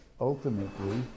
ultimately